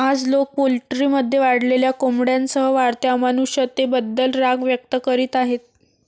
आज, लोक पोल्ट्रीमध्ये वाढलेल्या कोंबड्यांसह वाढत्या अमानुषतेबद्दल राग व्यक्त करीत आहेत